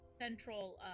central